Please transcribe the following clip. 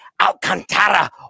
Alcantara